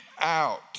out